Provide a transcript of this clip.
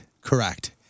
Correct